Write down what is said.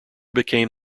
became